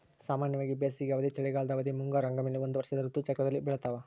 ಸಾಮಾನ್ಯವಾಗಿ ಬೇಸಿಗೆ ಅವಧಿ, ಚಳಿಗಾಲದ ಅವಧಿ, ಮುಂಗಾರು ಹಂಗಾಮಿನಲ್ಲಿ ಒಂದು ವರ್ಷದ ಋತು ಚಕ್ರದಲ್ಲಿ ಬೆಳ್ತಾವ